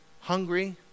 hungry